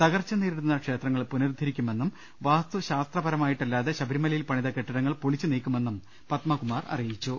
തകർച്ച നേരിടുന്ന ക്ഷേത്രങ്ങൾ പുനരുദ്ധരിക്കുമെന്നും വാസ്തുശാസ്ത്രപരമായിട്ടല്ലാതെ ശബ രിമലയിൽ പണിത കെട്ടിടങ്ങൾ പൊളിച്ചുനീക്കുമെന്നും പദ്മകുമാർ അറി യിച്ചു